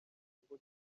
rugo